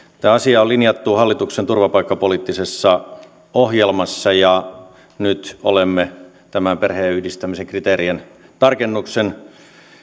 tämä asia on linjattu hallituksen turvapaikkapoliittisessa ohjelmassa ja nyt olemme tämän perheenyhdistämisen kriteerien tarkennuksen